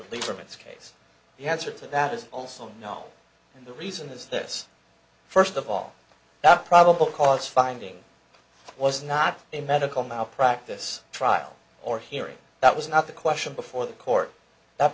strictly from its case the hazard to that is also no and the reason is this first of all that probable cause finding was not a medical malpractise trial or hearing that was not the question before the court that